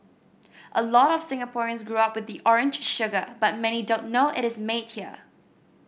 a lot of Singaporeans grow up with the orange sugar but many don't know it is made here